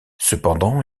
cependant